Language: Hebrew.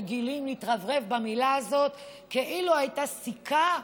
רגילים להתרברב במילה הזאת כאילו הייתה סיכה לקישוט,